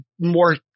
more